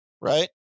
right